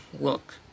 look